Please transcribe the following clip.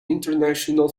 international